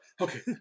Okay